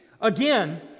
Again